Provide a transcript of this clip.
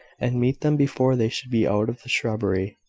and meet them before they should be out of the shrubbery.